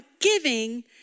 giving